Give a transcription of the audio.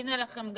הינה לכם,